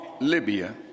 Libya